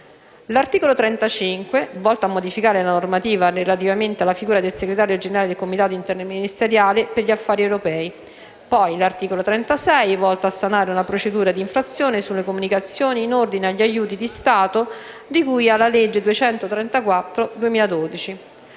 L'articolo 35 è volto a modificare la normativa relativamente alla figura del segretario generale del Comitato interministeriale per gli affari europei. L'articolo 36 è volto a sanare una procedura d'infrazione sulle comunicazioni in ordine agli aiuti di Stato di cui alla legge n.